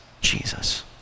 Jesus